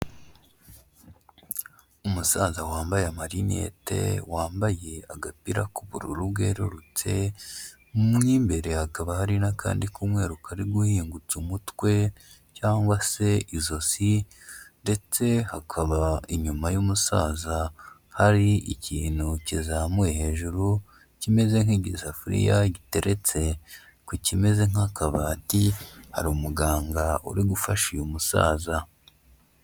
Umusaza wambaye amarinete, wambaye agapira k'ubururu bwerurutse, mo imbere hakaba hari n'akandi k'umweru kari guhingutsa umutwe cyangwa se izosi ndetse hakaba inyuma y'umusaza hari ikintu kizamuye hejuru, kimeze nk'igisafuriya giteretse ku kimeze nk'akabati, hari umuganga uri gufasha uyu musaza.